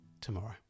tomorrow